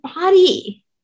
body